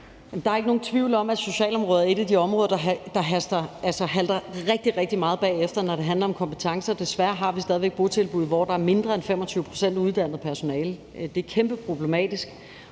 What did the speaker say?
Der er ikke nogen tvivl om, at socialområdet er et af de områder, der halter rigtig, rigtig meget bagefter, når det handler om kompetencer. Desværre har vi stadig botilbud, hvor der er mindre end 25 pct. uddannet personale. Det er enormt problematisk.